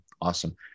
Awesome